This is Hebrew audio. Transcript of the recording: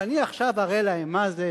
ואני עכשיו אראה להם מה זה,